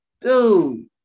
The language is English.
dude